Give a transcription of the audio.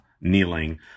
kneeling